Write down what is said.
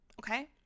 Okay